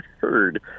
heard